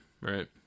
right